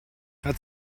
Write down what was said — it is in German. hat